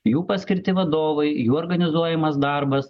jų paskirti vadovai jų organizuojamas darbas